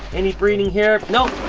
any breeding here? nope,